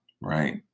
right